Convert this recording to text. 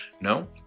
No